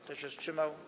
Kto się wstrzymał?